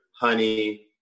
honey